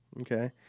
okay